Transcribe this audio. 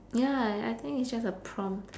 ya I I think it's just a prompt